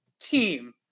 team